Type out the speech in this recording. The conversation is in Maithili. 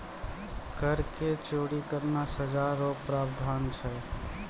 कर के चोरी करना पर सजा रो प्रावधान छै